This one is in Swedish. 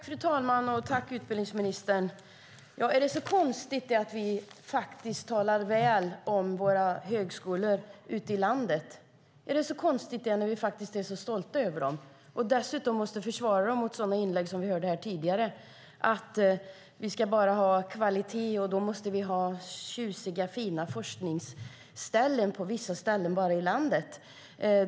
Fru talman! Tack, utbildningsministern! Är det så konstigt att vi talar väl om våra högskolor ute i landet? Är det så konstigt att vi gör det när vi är stolta över dem och dessutom måste försvara dem mot sådana inlägg som vi hörde här tidigare? Det sägs att vi ska ha kvalitet, och då måste vi ha tjusiga, fina forskningsställen bara på vissa ställen i landet.